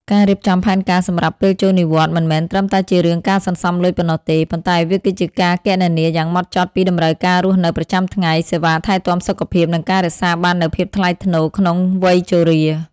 ការរៀបចំផែនការសម្រាប់ពេលចូលនិវត្តន៍មិនមែនត្រឹមតែជារឿងការសន្សំលុយប៉ុណ្ណោះទេ ប៉ុន្តែវាគឺជាការគណនាយ៉ាងម៉ត់ចត់ពីតម្រូវការរស់នៅប្រចាំថ្ងៃ សេវាថែទាំសុខភាព និងការរក្សាបាននូវភាពថ្លៃថ្នូរក្នុងវ័យជរា។